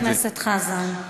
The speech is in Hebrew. חבר הכנסת חזן.